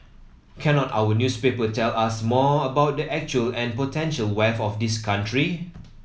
cannot our newspaper tell us more of the actual and potential wealth of this country